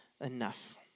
enough